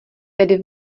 tedy